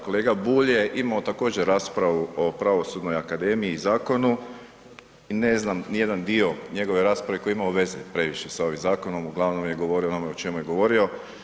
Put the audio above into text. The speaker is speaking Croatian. Kolega Bulj je imao također raspravu o Pravosudnoj akademiji i zakonu i ne znam nijedan dio njegove rasprave koji je imao veze previše sa ovim zakonom, uglavnom je govorio ono o čemu je govorio.